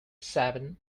seven